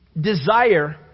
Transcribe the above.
desire